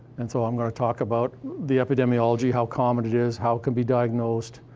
and so, i'm gonna talk about the epidemiology, how common it is, how it can be diagnosed,